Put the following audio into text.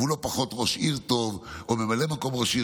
והוא לא ראש עיר פחות טוב או ממלא מקום ראש עיר